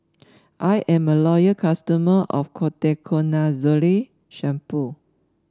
I'm a loyal customer of Ketoconazole Shampoo